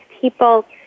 people